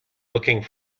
looking